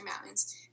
Mountains